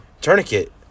Tourniquet